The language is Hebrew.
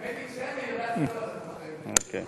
האמת, קסניה יודעת את כל השפות האלה.